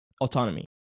autonomy